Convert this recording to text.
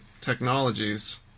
technologies